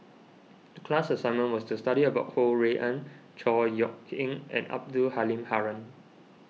the class assignment was to study about Ho Rui An Chor Yeok Eng and Abdul Halim Haron